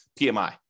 PMI